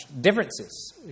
differences